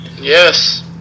Yes